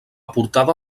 portada